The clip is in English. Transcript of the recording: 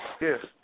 yes